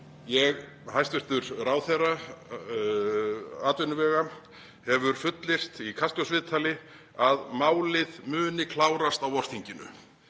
Hæstv. ráðherra atvinnuvega hefur fullyrt í Kastljóssviðtali að málið muni klárast á vorþinginu.